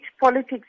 politics